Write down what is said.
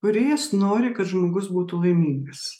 kūrėjas nori kad žmogus būtų laimingas